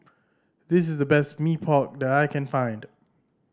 this is the best Mee Pok that I can find